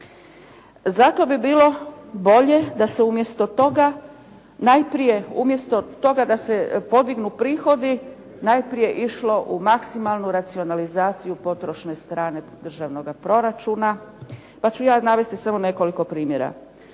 toga, najprije umjesto toga da se podignu prihodi najprije išlo u maksimalnu racionalizaciju potrošne strane državnoga proračuna, pa ću ja navesti samo nekoliko primjera.